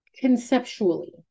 conceptually